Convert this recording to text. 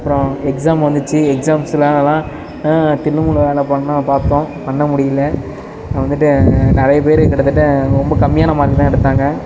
அப்புறம் எக்ஸாம் வந்துச்சு எக்ஸாம்லலாம் நாங்கள் தில்லுமுல்லு வேலை பண்ண பார்த்தோம் பண்ண முடியல வந்துட்டு நிறைய பேர் கிட்டத்தட்ட ரொம்ப கம்மியான மார்க் தான் எடுத்தாங்க